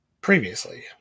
previously